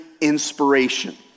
inspiration